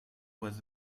was